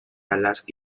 alas